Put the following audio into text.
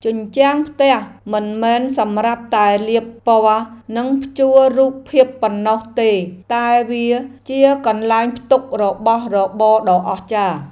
ជញ្ជាំងផ្ទះមិនមែនសម្រាប់តែលាបពណ៌និងព្យួររូបភាពប៉ុណ្ណោះទេតែវាជាកន្លែងផ្ទុករបស់របរដ៏អស្ចារ្យ។